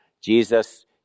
Jesus